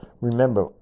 Remember